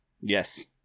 Yes